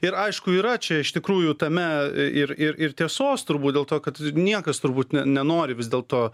ir aišku yra čia iš tikrųjų tame ir ir ir tiesos turbūt dėl to kad niekas turbūt ne nenori vis dėlto